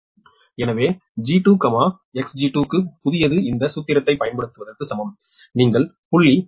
எனவே G2 Xg2 க்கு புதியது இந்த சூத்திரத்தைப் பயன்படுத்துவதற்கு சமம் நீங்கள் 0